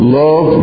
love